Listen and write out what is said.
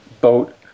boat